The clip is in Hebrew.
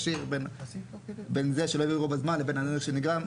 ישיר בין זה שלא העבירו בזמן לבין הנזק שנגרם.